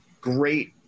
great